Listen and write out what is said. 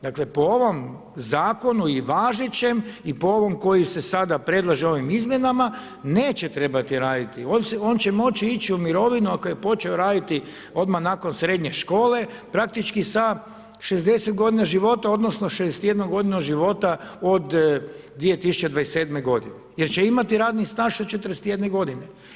Dakle, po ovom Zakonu i važećem i po ovom koji se sada predlaže ovim izmjenama neće trebati raditi, on će moći ići u mirovini ako je počeo raditi odmah nakon srednje škole praktički sa 60 godina života odnosno 61 godinu života od 2027.-te godine jer će imati radni staž od 41 godine.